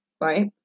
right